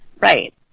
Right